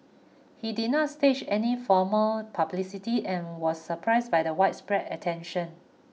he did not stage any formal publicity and was surprised by the widespread attention